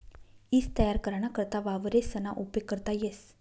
ईज तयार कराना करता वावरेसना उपेग करता येस